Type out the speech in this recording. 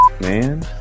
man